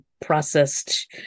processed